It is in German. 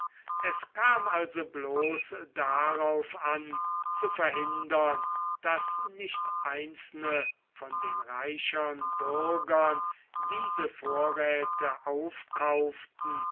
es kam also bloß darauf an zu verhindern daß nicht einzelne von den reichern bürgern diese vorräthe aufkauften